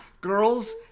Girls